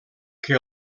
que